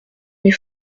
mes